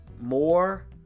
more